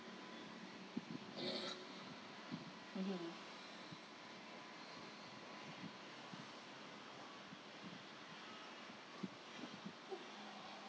mmhmm